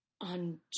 on